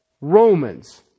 Romans